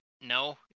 No